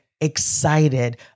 excited